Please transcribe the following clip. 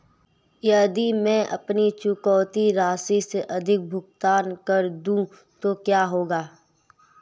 यदि मैं अपनी चुकौती राशि से अधिक भुगतान कर दूं तो क्या होगा?